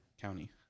County